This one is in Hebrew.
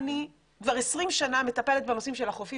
כבר 20 שנים אני מטפלת בנושאים של החופים